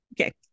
Okay